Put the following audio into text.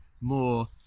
more